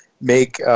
make, –